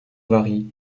varient